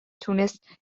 تونست